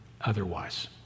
otherwise